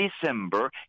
December